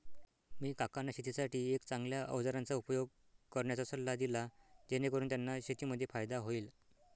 मी काकांना शेतीसाठी एक चांगल्या अवजारांचा उपयोग करण्याचा सल्ला दिला, जेणेकरून त्यांना शेतीमध्ये फायदा होईल